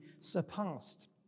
surpassed